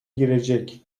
girecek